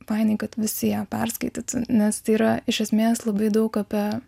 fainai kad visi ją perskaitytų nes tai yra iš esmės labai daug apie